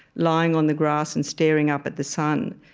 lying on the grass and staring up at the sun.